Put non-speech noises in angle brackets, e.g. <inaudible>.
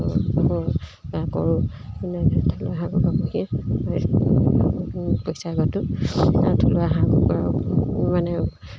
<unintelligible> বা কৰোঁ থলুৱা হাঁহ কুকুৰা পুহিয়ে পইচা ঘটোঁ আৰু থলুৱা হাঁহ কুকুৰা মানে